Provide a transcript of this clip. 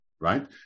right